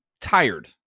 tired